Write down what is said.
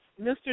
Mr